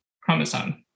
chromosome